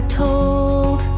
told